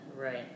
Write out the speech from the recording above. Right